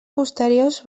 posteriors